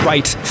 Right